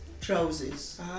trousers